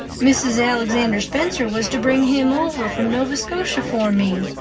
mrs. alexander spencer was to bring him over from nova scotia for me.